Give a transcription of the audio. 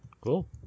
Cool